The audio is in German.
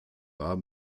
war